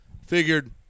Figured